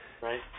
right